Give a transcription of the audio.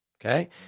okay